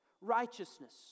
Righteousness